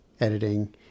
editing